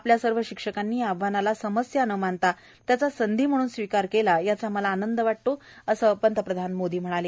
आपल्या सर्व शिक्षकांनी या आव्हानाला समस्या न मानता त्याचा संधी म्हणून स्वीकार केला याचा मला आनंद वाटतो असं पंतप्रधान मोदी म्हणाले